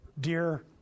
Dear